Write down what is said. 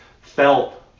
felt